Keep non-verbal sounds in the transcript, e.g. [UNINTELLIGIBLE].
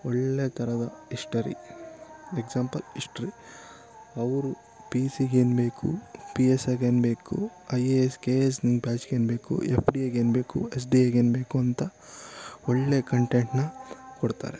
ಒಳ್ಳೆ ಥರದ history example history ಅವರು ಪಿ ಸಿಗೆ ಏನು ಬೇಕು ಪಿ ಎಸ್ ಐಗೆ ಏನು ಬೇಕು I A S K A S [UNINTELLIGIBLE] ಬ್ಯಾಚ್ಗೆ ಏನು ಬೇಕು ಎಫ್ ಡಿ ಎಗೆ ಏನು ಬೇಕು ಎಸ್ ಡಿ ಎಗೆ ಏನು ಬೇಕು ಅಂತ ಒಳ್ಳೆ ಕಂಟೆಂಟನ್ನ ಕೊಡ್ತಾರೆ